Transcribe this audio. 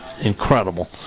incredible